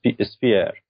sphere